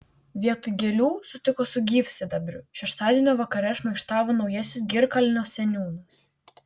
vietoj gėlių sutiko su gyvsidabriu šeštadienio vakare šmaikštavo naujasis girkalnio seniūnas